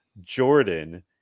Jordan